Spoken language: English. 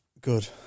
good